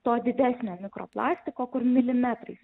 to didesnio mikroplastiko kur milimetrais